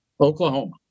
Oklahoma